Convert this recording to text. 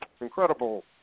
incredible